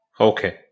Okay